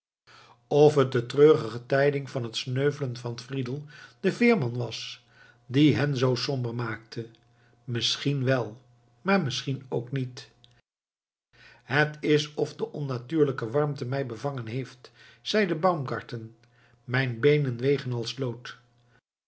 het de treurige tijding van het sneuvelen van friedel den veerman was die hen zoo somber maakte misschien wel maar misschien ook niet het is of de onnatuurlijke warmte mij bevangen heeft zeide baumgarten mijne beenen wegen